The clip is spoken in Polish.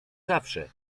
zawsze